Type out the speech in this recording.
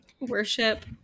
worship